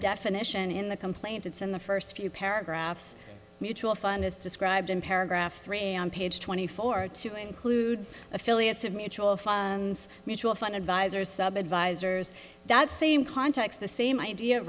definition in the complaint it's in the first few paragraphs mutual fund as described in paragraph three on page twenty four to include affiliates of mutual funds mutual fund advisors sub advisors that same contacts the same idea of